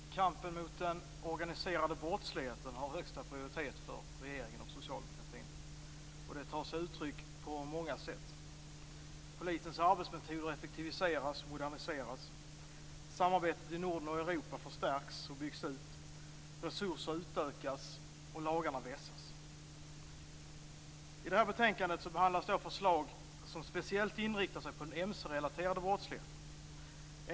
Fru talman! Kampen mot den organiserade brottsligheten har högsta prioritet för regeringen och socialdemokratin. Det tar sig uttryck på många sätt. Polisens arbetsmetoder effektiviseras och moderniseras. Samarbetet i Norden och i Europa förstärks och byggs ut. Resurser utökas och lagarna vässas. I detta betänkande behandlas förslag som speciellt inriktar sig på den mc-relaterade brottsligheten.